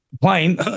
plane